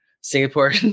Singapore